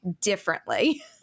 differently